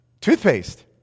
Toothpaste